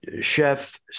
Chef